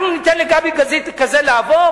אנחנו ניתן לגבי גזית כזה לעבור,